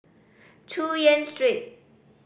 Chu Yen Street